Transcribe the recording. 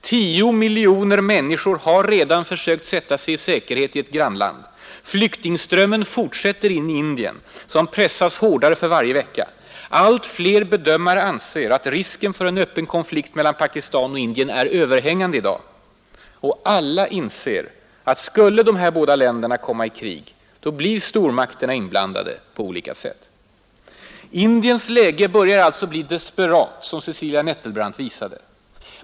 10 miljoner människor har redan försökt sätta sig i säkerhet i ett grannland, Flyktingströmmen fortsätter in i Indien, som pressas hårdare för varje vecka. Allt fler bedömare anser att risken för en öppen konflikt mellan Pakistan och Indien är överhängande i dag. Och alla inser att skulle dessa båda länder komma i krig blir stormakterna inblandade på olika sätt. Indiens läge börjar alltså bli desperat, som Cecilia Nettelbrandt visade.